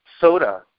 soda